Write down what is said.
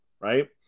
right